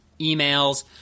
emails